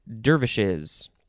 dervishes